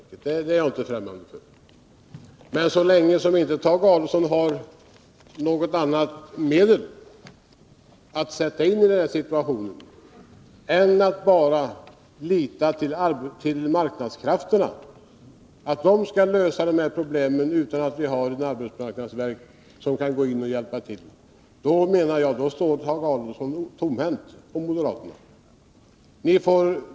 Det är jag inte främmande för: Men så länge moderaterna inte har något annat medel att sätta in i denna situation än att bara lita till att marknadskrafterna skall lösa problemen utan ätt vi behöver ha AMS, som kan gå in och hjälpa till, menar jag att Tage Adolfsson och moderaterna står tomhänta.